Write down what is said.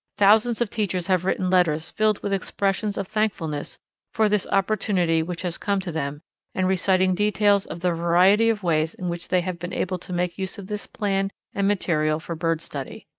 thousands of teachers have written letters filled with expressions of thankfulness for this opportunity which has come to them and reciting details of the variety of ways in which they have been able to make use of this plan and material for bird study.